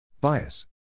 Bias